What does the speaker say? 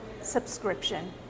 subscription